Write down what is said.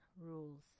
rules